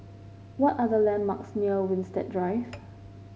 what are the landmarks near Winstedt Drive